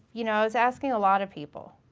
you know i was asking a lot of people.